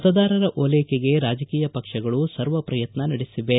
ಮತದಾರರ ಓಲೈಕೆಗೆ ರಾಜಕೀಯ ಪಕ್ಷಗಳು ಸರ್ವ ಪ್ರಯತ್ನ ನಡೆಸಿವೆ